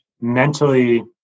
mentally